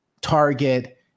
Target